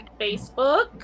facebook